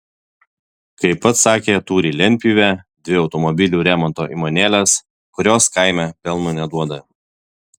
kaip pats sakė turi lentpjūvę dvi automobilių remonto įmonėles kurios kaime pelno neduoda